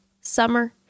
summer